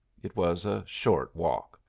it was a short walk.